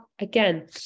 again